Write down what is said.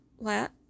flat